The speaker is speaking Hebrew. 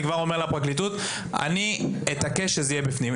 אני כבר אומר לפרקליטות שאני אתעקש שזה יהיה בפנים.